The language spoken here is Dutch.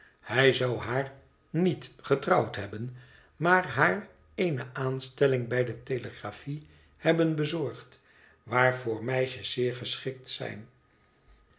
hij zou haar niet getrouwd hebben maar haar eene aanstelling bij de